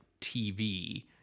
tv